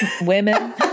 women